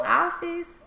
office